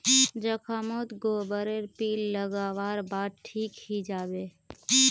जख्म मोत गोबर रे लीप लागा वार बाद ठिक हिजाबे